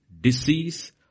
disease